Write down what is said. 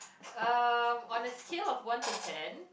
uh on the scale of one to ten